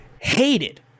hated